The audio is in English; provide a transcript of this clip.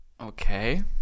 Okay